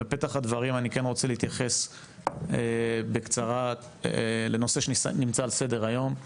בפתח הדברים אני רוצה להתייחס בקצרה לנושא שנמצא על סדר היום.